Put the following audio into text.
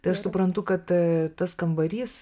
tai aš suprantu kad a tas kambarys